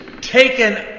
taken